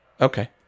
Okay